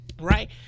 right